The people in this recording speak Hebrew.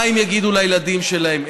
מה הם יגידו לילדים שלהם?